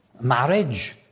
Marriage